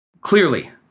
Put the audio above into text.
Clearly